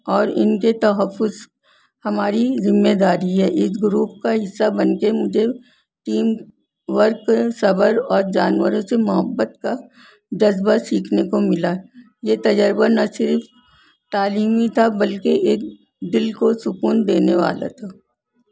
اور ان کے تحفظ ہماری ذمہ داری ہے اس گروپ کا حصہ بن کے مجھے ٹیم ورک صبر اور جانوروں سے محبت کا جذبہ سیکھنے کو ملا یہ تجربہ نہ صرف تعلیمی تھا بلکہ ایک دل کو سکون دینے والا تھا